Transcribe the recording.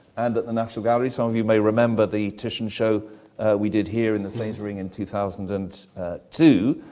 and at the national gallery, some of you may remember the titian show we did here in the sainsbury wing in two thousand and two.